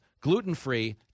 gluten-free